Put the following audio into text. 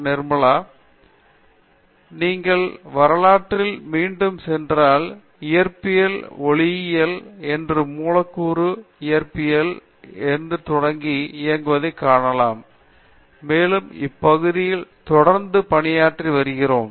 நிர்மலா சரி நீங்கள் வரலாற்றில் மீண்டும் சென்றால் இயற்பியல் ஒளியியல் மற்றும் மூலக்கூறு இயற்பியலில் இருந்து தொடங்கி இயங்குவதை காணலாம் மேலும் இப்பகுதிகளில் தொடர்ந்து பணியாற்றி வருகிறோம்